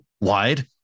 wide